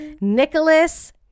Nicholas